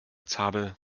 zabel